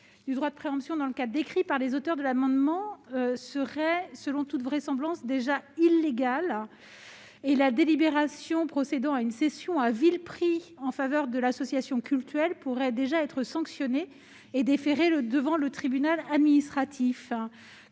du droit de préemption que vous évoquez, ma chère collègue, serait selon toute vraisemblance déjà illégal et la délibération procédant à une cession à vil prix en faveur d'une association cultuelle pourrait déjà être sanctionnée et déférée devant le tribunal administratif